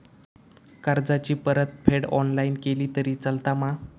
कर्जाची परतफेड ऑनलाइन केली तरी चलता मा?